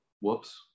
whoops